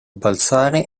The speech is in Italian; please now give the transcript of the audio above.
balzare